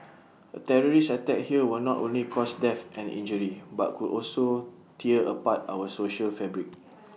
A terrorist attack here will not only cause death and injury but could also tear apart our social fabric